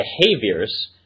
behaviors